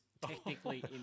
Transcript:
technically